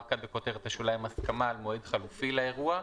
כאן בכותרת השוליים: "הסכמה על מועד חלופי לאירוע".